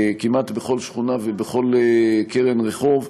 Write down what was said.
כמעט בכל שכונה ובכל קרן רחוב,